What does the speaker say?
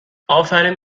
آفرین